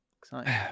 Exciting